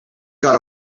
got